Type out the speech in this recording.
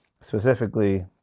Specifically